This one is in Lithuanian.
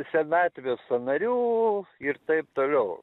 senatvės sąnarių ir taip toliau